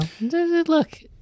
Look